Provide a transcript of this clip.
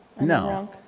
No